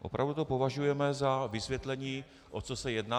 Opravdu to považujeme za vysvětlení, o co se jedná?